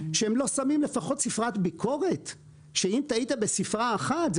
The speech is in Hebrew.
שהם לא שמים לפחות ספרת ביקורת כך שאם טעית בספרה אחת,